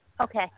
okay